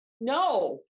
no